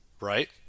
right